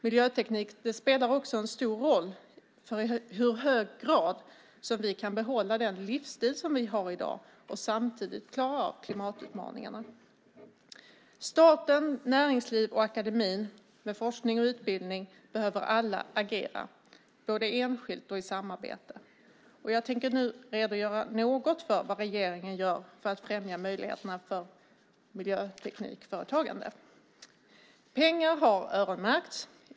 Miljöteknik spelar också en stor roll för i hur hög grad vi kan behålla den livsstil vi har i dag och samtidigt klara av klimatutmaningarna. Staten, näringsliv och akademin med forskning och utbildning behöver alla agera både enskilt och i samarbete. Jag tänker nu redogöra något för vad regeringen gör för att främja möjligheterna för miljöteknikföretagande. Pengar har öronmärkts.